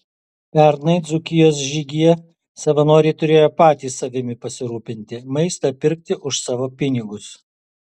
pernai dzūkijos žygyje savanoriai turėjo patys savimi pasirūpinti maistą pirkti už savo pinigus